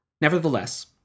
Nevertheless